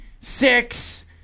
six